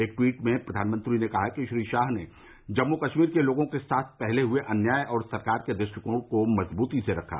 एक ट्वीट में प्रधानमंत्री ने कहा कि श्री शाह ने जम्मू कश्मीर के लोगों के साथ पहले हुए अन्याय और सरकार के दृष्टिकोण को मजबूती से रखा